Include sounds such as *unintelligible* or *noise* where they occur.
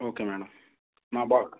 okay madam *unintelligible*